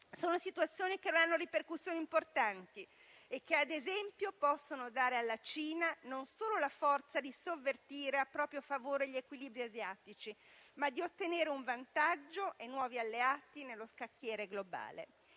Sono situazioni che avranno ripercussioni importanti e che, ad esempio, possono dare alla Cina, non solo la forza di sovvertire a proprio favore gli equilibri asiatici, ma di ottenere un vantaggio e nuovi alleati nello scacchiere globale.